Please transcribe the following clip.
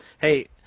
Hey